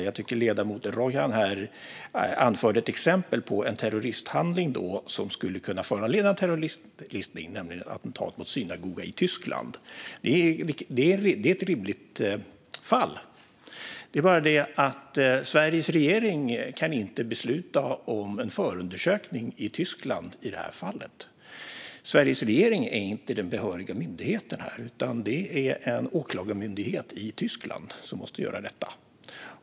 Jag tycker att ledamoten Rojhan anförde ett exempel på en terroristhandling som skulle kunna föranleda en terroristlistning, nämligen attentatet mot en synagoga i Tyskland. Det är ett rimligt fall. Det är bara det att Sveriges regering inte kan besluta om en förundersökning i Tyskland i det här fallet. Sveriges regering är inte den behöriga myndigheten här, utan det är en åklagarmyndighet i Tyskland som måste göra detta.